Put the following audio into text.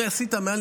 אם עשית מעל,